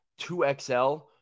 2xl